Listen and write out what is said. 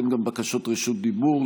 אין גם בקשות רשות דיבור.